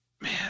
man